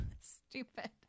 Stupid